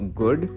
good